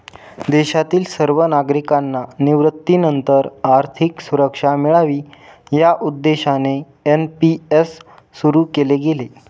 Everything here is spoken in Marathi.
देशातील सर्व नागरिकांना निवृत्तीनंतर आर्थिक सुरक्षा मिळावी या उद्देशाने एन.पी.एस सुरु केले गेले